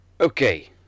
Okay